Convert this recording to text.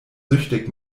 süchtig